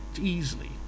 easily